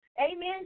Amen